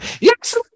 yes